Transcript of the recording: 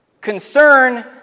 Concern